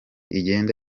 igenda